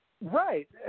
Right